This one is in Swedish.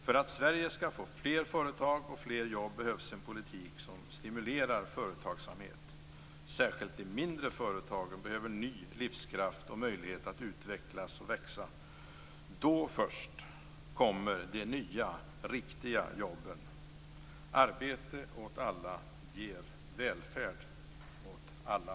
För att Sverige skall få fler företag och fler jobb behövs en politik som stimulerar företagsamhet. Särskilt de mindre företagen behöver ny livskraft och möjlighet att utvecklas och växa. Först då kommer de nya riktiga jobben. Arbete åt alla ger välfärd åt alla.